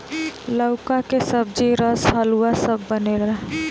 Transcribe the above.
लउका के सब्जी, रस, हलुआ सब बनेला